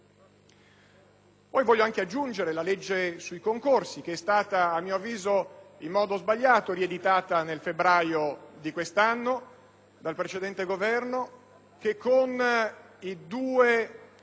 Poi voglio anche aggiungere la legge 28 febbraio 1998, n. 31, sui concorsi, che è stata, a mio avviso in modo sbagliato, rieditata nel febbraio di quest'anno dal precedente Governo, che con i due idonei,